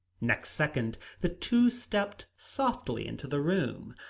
next second the two stepped softly into the room.